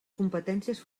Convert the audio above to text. competències